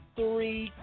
three